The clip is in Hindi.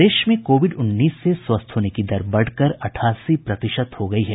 प्रदेश में कोविड उन्नीस से स्वस्थ होने की दर बढ़कर अठासी प्रतिशत हो गयी है